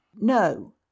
No